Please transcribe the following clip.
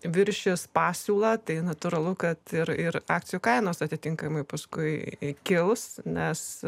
viršys pasiūlą tai natūralu kad ir ir akcijų kainos atitinkamai paskui kils nes